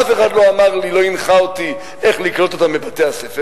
אף אחד לא הנחה אותי איך לקלוט אותם בבתי-הספר,